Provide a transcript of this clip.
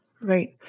Right